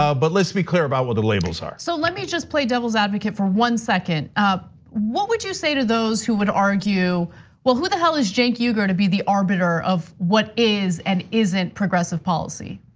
ah but let's be clear about what the labels are. so let me just play devil's advocate for one second. what would you say to those who would argue well, who the hell is cenk uygur to be the arbiter of what is and isn't progressive policy?